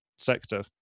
sector